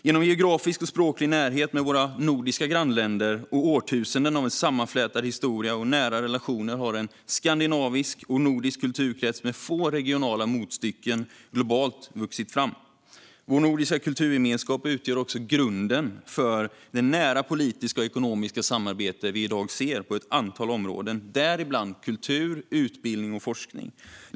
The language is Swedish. Genom geografisk och språklig närhet till våra nordiska grannländer och årtusenden av en sammanflätad historia och nära relationer har en skandinavisk och nordisk kulturkrets med få regionala motstycken globalt vuxit fram. Vår nordiska kulturgemenskap utgör också grunden för det nära politiska och ekonomiska samarbete vi i dag ser på ett antal områden - det gäller bland annat kultur, utbildning och forskning.